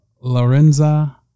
Lorenza